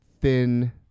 thin